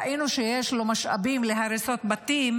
ראינו שיש לו משאבים להריסות בתים,